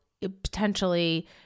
potentially